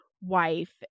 wife